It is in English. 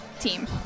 team